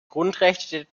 grundrechte